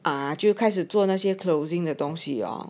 啊就开始做那些 closing 的东西呀